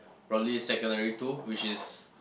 probably secondary two which is